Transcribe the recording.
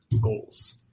goals